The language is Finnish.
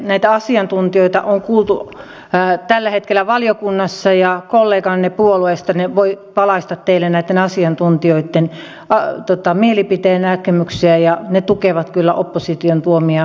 näitä asiantuntijoita on kuultu tällä hetkellä valiokunnassa ja kolleganne puolueestanne voi valaista teille näitten asiantuntijoitten mielipidenäkemyksiä ja ne tukevat kyllä opposition tuomia näkemyksiä